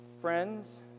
friends